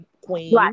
queen